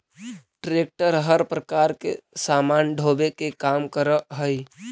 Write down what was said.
tractor हर प्रकार के सामान ढोवे के काम करऽ हई